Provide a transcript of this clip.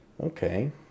Okay